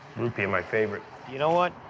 loopy, my favorite. you know what?